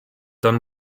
done